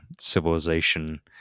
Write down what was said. civilization